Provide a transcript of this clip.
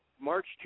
March